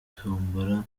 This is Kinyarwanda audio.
tombola